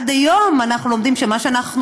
ועד היום אנחנו לומדים שמה שאנחנו,